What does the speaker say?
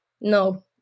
no